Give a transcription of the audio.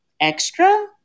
extra